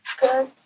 Good